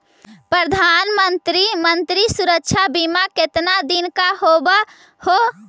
प्रधानमंत्री मंत्री सुरक्षा बिमा कितना दिन का होबय है?